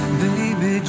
baby